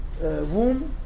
womb